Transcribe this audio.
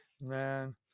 Man